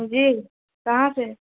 جی کہاں سے